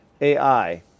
AI